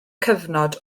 cyfnod